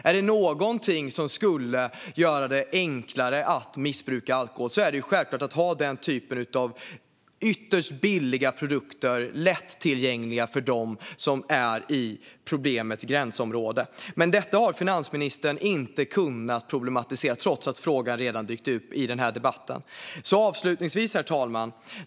Är det något som skulle göra det enklare att missbruka är det självklart att ha den typen av ytterst billiga produkter lättillgängliga för dem som är i problemets gränsområde. Men detta har finansministern inte kunnat problematisera trots att frågan redan dykt upp i denna debatt. Herr talman!